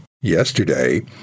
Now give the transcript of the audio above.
Yesterday